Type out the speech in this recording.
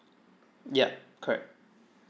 yup correct